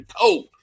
cold